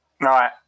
right